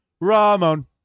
Ramon